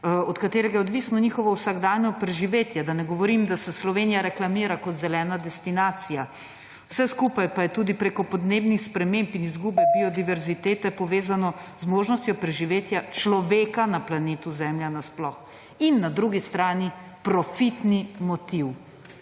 od katerega je odvisno njihovo vsakdanje preživetje, da ne govorim, da se Slovenija reklamira kot zelena destinacija vse skupaj pa je tudi preko podnebnih sprememb in izgube biodiverzitete povezano z možnostjo preživetja človeka na planetu zemlje na sploh in na drugi strani profitni motiv